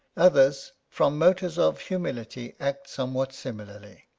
others, from motives of humility, act somewhat similarly.